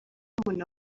umuntu